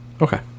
okay